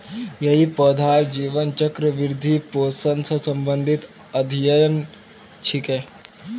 यई पौधार जीवन चक्र, वृद्धि, पोषण स संबंधित अध्ययन छिके